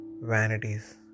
vanities